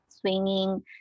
swinging